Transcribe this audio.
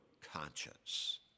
conscience